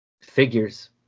Figures